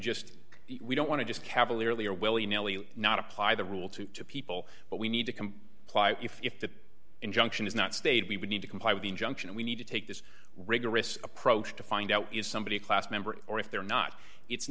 just we don't want to just cavalierly or willy nilly not apply the rule to people but we need to comply if the injunction is not stated we would need to comply with the injunction we need to take this rigorous approach to find out is somebody class member or if they're not it's